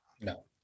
No